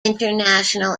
international